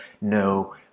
no